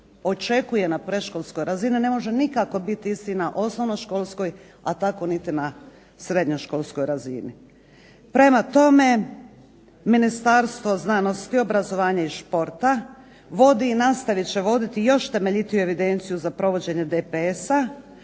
očekuje na predškolskoj razini ne može nikako biti isti na osnovnoškolskoj, a tako niti na srednjoškolskoj razini. Prema tome, Ministarstvo znanosti, obrazovanja i športa vodi i nastavit će voditi još temeljitiju evidenciju za provođenje DPS-a,